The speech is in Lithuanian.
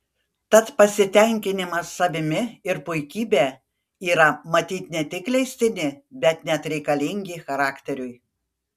tad pasitenkinimas savimi ir puikybė yra matyt ne tik leistini bet net reikalingi charakteriui